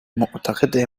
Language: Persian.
معتقده